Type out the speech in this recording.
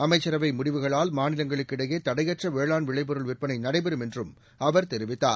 அமைச்சரவை முடிவுகளால் மாநிலங்களுக்கிடையே தடையற்ற வேளாண் விளைப்பொருள் விற்பனை நடைபெறும் என்றும் அவர் தெரிவித்தார்